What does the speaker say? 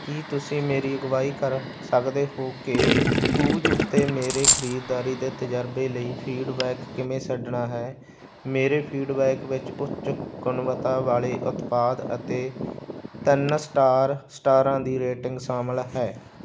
ਕੀ ਤੁਸੀਂ ਮੇਰੀ ਅਗਵਾਈ ਕਰ ਸਕਦੇ ਹੋ ਕਿ ਕੂਵਜ਼ ਉੱਤੇ ਮੇਰੇ ਖਰੀਦਦਾਰੀ ਦੇ ਤਜਰਬੇ ਲਈ ਫੀਡਬੈਕ ਕਿਵੇਂ ਛੱਡਣਾ ਹੈ ਮੇਰੇ ਫੀਡਬੈਕ ਵਿੱਚ ਉੱਚ ਗੁਣਵੱਤਾ ਵਾਲੇ ਉਤਪਾਦ ਅਤੇ ਤਿੰਨ ਸਟਾਰ ਸਟਾਰਾਂ ਦੀ ਰੇਟਿੰਗ ਸ਼ਾਮਲ ਹੈ